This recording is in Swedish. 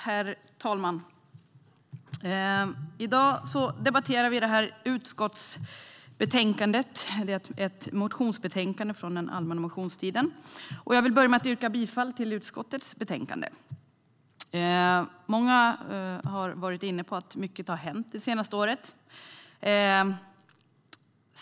Herr talman! I dag debatterar vi ett motionsbetänkande från den allmänna motionstiden. Jag vill börja med att yrka bifall till utskottets förslag i betänkandet. Många har varit inne på att mycket har hänt det senaste året.